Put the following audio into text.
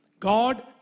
God